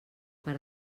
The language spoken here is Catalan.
per